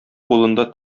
кулында